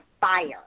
fire